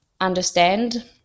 understand